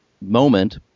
moment